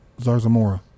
Zarzamora